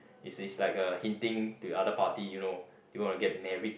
is is like a hinting to the other party you know do you want to get married